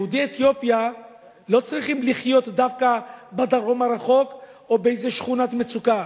יהודי אתיופיה לא צריכים לחיות דווקא בדרום הרחוק או באיזו שכונת מצוקה.